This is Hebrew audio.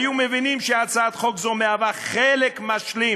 היו מבינים שהצעת חוק זו מהווה חלק משלים